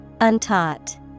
Untaught